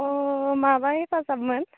अ माबा हेफाजाबमोन